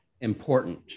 important